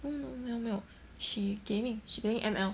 嗯没有没有 she gaming she playing M_L